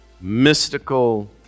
mystical